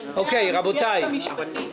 שזו המסגרת המשפטית.